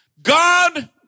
God